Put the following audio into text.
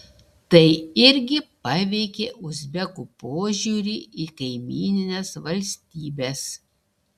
tai irgi paveikė uzbekų požiūrį į kaimynines valstybes